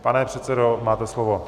Pane předsedo, máte slovo.